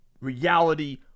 reality